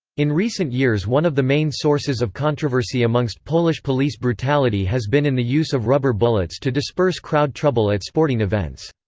in recent years one of the main sources of controversy amongst polish police brutality has been in the use of rubber bullets to disperse crowd trouble at sporting events.